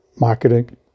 marketing